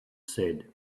said